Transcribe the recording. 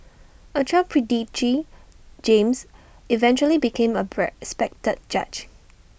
A child prodigy James eventually became A pre respected judge